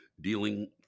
dealing